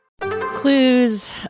Clues